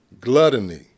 gluttony